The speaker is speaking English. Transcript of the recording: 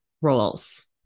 roles